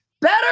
Better